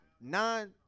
nine